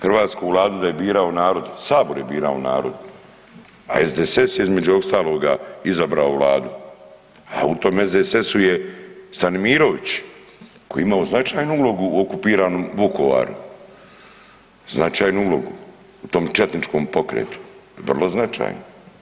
Hrvatsku Vladu da je birao narod, Sabor je birao narod a SDSS je između ostaloga izabrao Vladu, a u tome SDSS-u je Stanimirović koji je imao značajnu ulogu u okupiranom Vukovaru, značajnu ulogu u tom četničkom pokretu, vrlo značajnu.